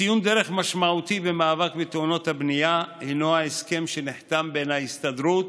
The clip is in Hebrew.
ציון דרך משמעותי במאבק בתאונות הבנייה הוא ההסכם שנחתם בין ההסתדרות,